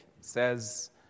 says